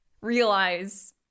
realize